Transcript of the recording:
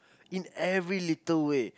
in every little way